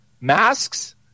masks